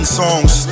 songs